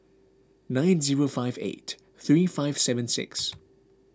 nine zero five eight three five seven six